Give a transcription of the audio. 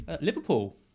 Liverpool